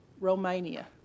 Romania